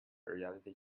reality